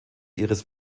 ihres